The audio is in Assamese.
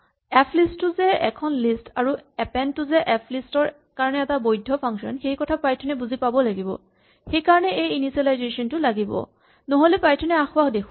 এফলিষ্ট টো যে এখন লিষ্ট আৰু এপেন্ড টো যে এফলিষ্ট ৰ কাৰণে এটা বৈধ্য ফাংচন সেইকথা পাইথন এ বুজি পাব লাগিব সেইকাৰণে এই ইনিচিয়েলাইজেচন টো লাগিব নহ'লে পাইথন এ আসোঁৱাহ দেখুৱাব